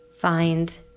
find